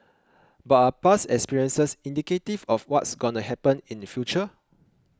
but are past experiences indicative of what's gonna happen in future